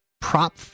Prop